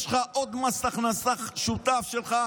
יש לך עוד מס הכנסה ששותף שלך,